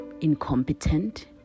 incompetent